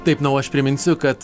taip na o aš priminsiu kad